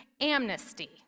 amnesty